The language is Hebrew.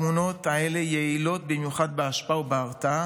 התמונות האלה יעילות במיוחד בהשפעה ובהרתעה